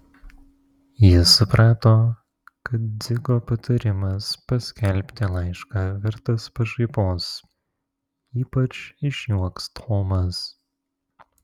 jis suprato kad dzigo patarimas paskelbti laišką vertas pašaipos ypač išjuoks tomas